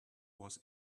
was